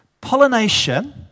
Pollination